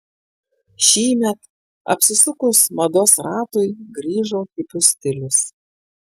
šįmet apsisukus mados ratui grįžo hipių stilius